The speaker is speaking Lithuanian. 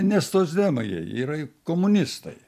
ne socdemai jie jie yra komunistai